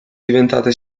diventate